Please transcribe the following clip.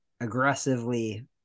aggressively